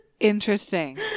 interesting